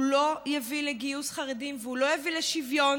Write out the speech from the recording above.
הוא לא יביא לגיוס חרדים, והוא לא יביא לשוויון,